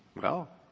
well,